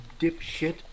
dipshit